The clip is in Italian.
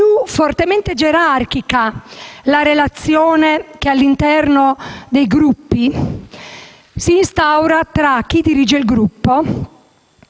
fortemente gerarchica la relazione che all'interno dei Gruppi si instaura tra chi dirige il Gruppo